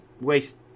waste